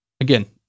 Again